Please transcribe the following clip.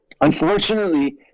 Unfortunately